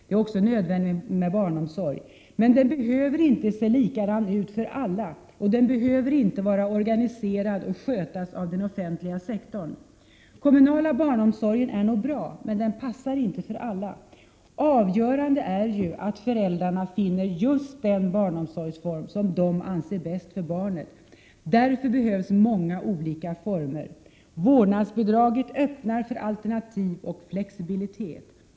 Det är också nödvändigt med barnomsorg — men den behöver inte se likadan ut för alla, och den behöver inte vara organiserad och skötas av den offentliga sektorn. Den kommunala barnomsorgen är nog bra, men den passar inte för alla. Avgörande är att föräldrarna finner just den barnomsorgsform som de anser bäst för barnet. Därför behövs många olika former. Vårdnadsbidraget öppnar för alternativ och flexibilitet.